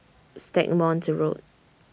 Stagmont Road